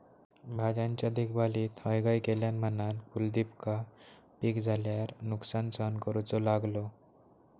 भाज्यांच्या देखभालीत हयगय केल्यान म्हणान कुलदीपका पीक झाल्यार नुकसान सहन करूचो लागलो